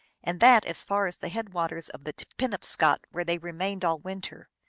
and that as far as the head waters of the penobscot, where they remained all winter.